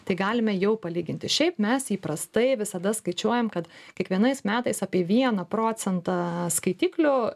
tai galime jau palyginti šiaip mes įprastai visada skaičiuojam kad kiekvienais metais apie vieną procentą skaitiklių